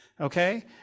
okay